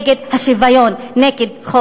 נגד השוויון,